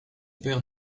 père